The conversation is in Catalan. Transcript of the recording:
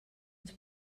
ens